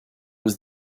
was